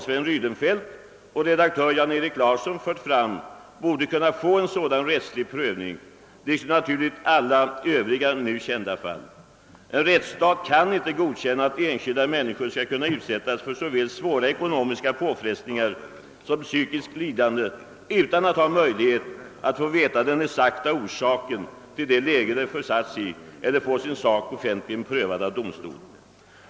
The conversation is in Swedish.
Sven Rydenfelt och redaktör Janerik Larsson tagit upp borde kunna få en sådan rättslig prövning liksom alla övriga nu kända fall. En rättsstat kan inte godkänna att enskilda människor kan utsättas för såväl svåra ekonomiska påfrestningar som psykiskt lidande utan att ha möjlighet att få veta den exakta orsaken till det läge de försatts i eller få sin sak offentligen prövad av domstol.